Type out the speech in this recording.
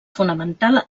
fonamental